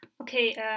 Okay